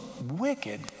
wicked